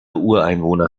ureinwohner